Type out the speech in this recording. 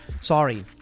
Sorry